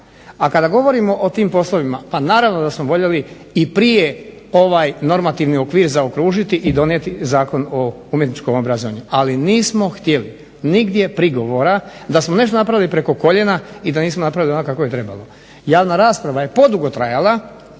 A kada govorimo o tim poslovima pa naravno da bismo voljeli i prije ovaj normativni okvir zaokružiti i donijeti Zakon o umjetničkom obrazovanju, ali nismo htjeli nigdje prigovora da smo nešto napravili preko koljena i da nismo napravili onako kako je trebalo. Javna rasprava je podugo trajala,